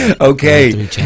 Okay